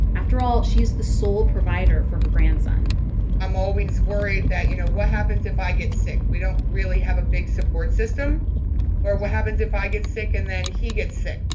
after all, she is the sole provider for her grandson i'm always worried that, you know, what happens if i get sick? we don't really have a big support system or what happens if i get sick and then he gets sick?